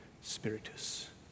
Spiritus